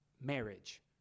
marriage